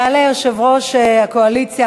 יעלה יושב-ראש הקואליציה,